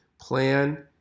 Plan